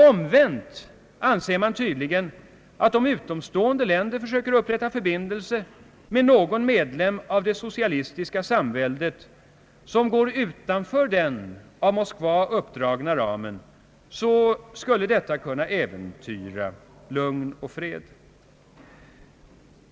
Omvänt anser man tydligen, att om utomstående länder försöker upprätta förbindelser med någon medlem av det socialistiska samväldet, som går utanför den av Moskva uppdragna ramen, så skulle detta kunna äventyra lugnet och freden.